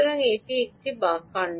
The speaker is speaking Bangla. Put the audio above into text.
সুতরাং এই এটি অন্য এক